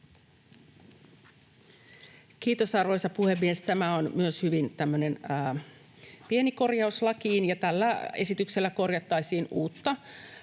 Kiitos, arvoisa puhemies! Myös tämä on hyvin pieni korjaus lakiin. Tällä esityksellä korjattaisiin uutta,